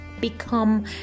become